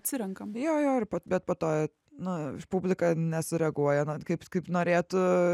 atsirenkam jo jo ir bet po to na publika nesureaguoja na kaip kaip norėtų